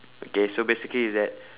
okay so basically it's that